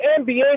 NBA